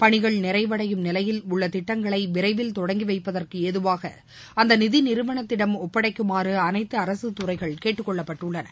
பணிகள் நிறைவடையும் நிலையில் உள்ள திட்டங்களை விரைவில் தொடங்கி வைப்பதற்கு ஏதுவாக அந்த நிதி நிறுவனத்திடம் ஒப்படைக்குமாறு அனைத்து அரசு துறைகள் கேட்டுக் கொள்ளப்பட்டுள்ளன